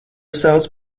sauc